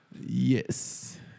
yes